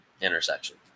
intersection